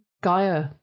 Gaia